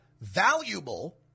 valuable